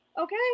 Okay